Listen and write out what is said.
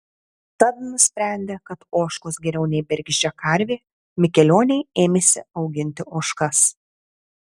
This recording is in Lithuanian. tad nusprendę kad ožkos geriau nei bergždžia karvė mikelioniai ėmėsi auginti ožkas